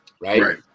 Right